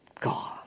God